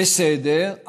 בסדר,